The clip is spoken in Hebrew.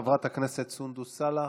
חברת הכנסת סונדוס סאלח,